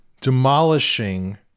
demolishing